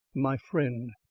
my friend!